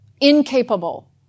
Incapable